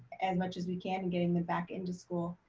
as much as we can and getting them back into school.